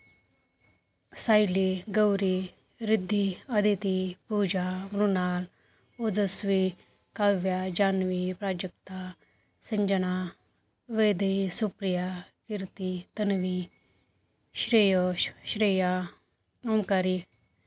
Sayali Gauri Riddhi Aditi Pooja Mrunal Odasvi Kavya Janvi Prajakta Sanjana Vaidehi Supriya Kirti Tanvi Shreyash Shreya Omkari